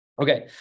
Okay